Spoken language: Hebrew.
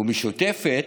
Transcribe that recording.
משותפת,